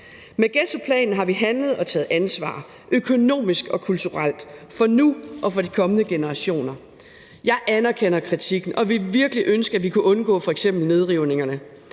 Med ghettoplanen har vi handlet og taget ansvar økonomisk og kulturelt for nu og for de kommende generationer. Jeg anerkender kritikken og ville virkelig ønske, at vi f.eks. kunne undgå nedrivningerne.